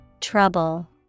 Trouble